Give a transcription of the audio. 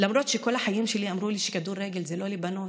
למרות שכל החיים שלי אמרו לי שכדורגל זה לא לבנות,